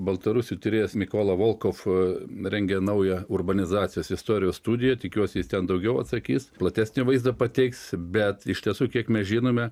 baltarusių tyrėjas mikola volkov rengia naują urbanizacijos istorijos studiją tikiuosi jis ten daugiau atsakys platesnį vaizdą pateiks bet iš tiesų kiek mes žinome